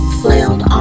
flailed